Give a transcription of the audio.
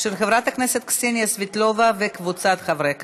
של חברת הכנסת קסניה סבטלובה וקבוצת חברי הכנסת.